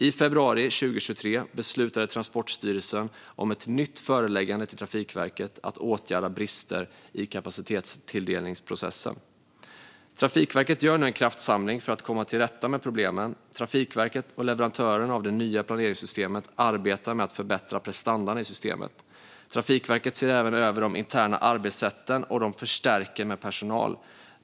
I februari 2023 beslutade Transportstyrelsen om ett nytt föreläggande till Trafikverket att åtgärda brister i kapacitetstilldelningsprocessen. Trafikverket gör nu en kraftsamling för att komma till rätta med problemen. Trafikverket och leverantören av det nya planeringssystemet arbetar med att förbättra prestandan i systemet. Trafikverket ser även över de interna arbetssätten, och de förstärker med personal.